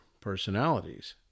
personalities